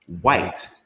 White